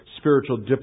Spiritual